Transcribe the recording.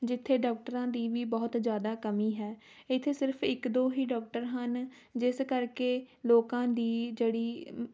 ਜਿੱਥੇ ਡਾਕਟਰਾਂ ਦੀ ਵੀ ਬਹੁਤ ਜ਼ਿਆਦਾ ਕਮੀ ਹੈ ਇੱਥੇ ਸਿਰਫ ਇੱਕ ਦੋ ਹੀ ਡਾਕਟਰ ਹਨ ਜਿਸ ਕਰਕੇ ਲੋਕਾਂ ਦੀ ਜਿਹੜੀ